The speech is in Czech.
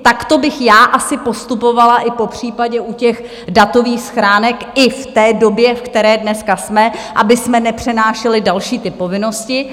Takto bych já asi postupovala i popřípadě u datových schránek i v té době, v které dneska jsme, abychom nepřenášeli další ty povinnosti.